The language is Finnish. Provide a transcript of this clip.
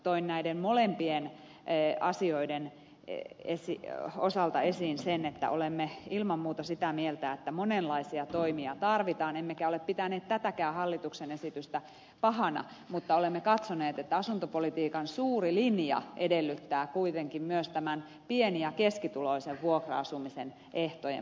toin näiden molempien asioiden osalta esiin sen että olemme ilman muuta sitä mieltä että monenlaisia toimia tarvitaan emmekä ole pitäneet tätäkään hallituksen esitystä pahana mutta olemme katsoneet että asuntopolitiikan suuri linja edellyttää kuitenkin myös pieni ja keskituloisten vuokra asumisen ehtojen parantamista